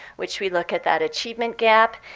which we look at that achievement gap,